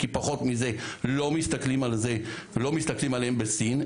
כי פחות מזה לא מסתכלים עליהם בסין,